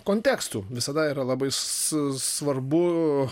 kontekstų visada yra labai svarbu